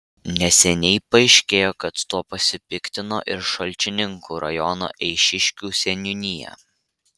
neseniai paaiškėjo kad tuo pasipiktino ir šalčininkų rajono eišiškių seniūnija